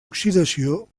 oxidació